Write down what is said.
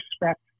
respect